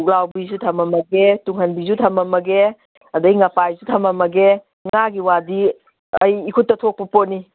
ꯄꯨꯛꯂꯥꯎꯕꯤꯁꯨ ꯊꯅꯝꯃꯒꯦ ꯇꯨꯡꯍꯟꯕꯤꯁꯨ ꯊꯅꯝꯃꯒꯦ ꯑꯗꯒꯤ ꯉꯄꯥꯏꯁꯨ ꯊꯅꯝꯃꯒꯦ ꯉꯥꯒꯤ ꯋꯥꯗꯤ ꯑꯩ ꯏꯈꯨꯠꯇ ꯊꯣꯛꯄ ꯄꯣꯠꯅꯤ